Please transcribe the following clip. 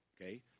okay